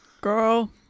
girl